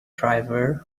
driver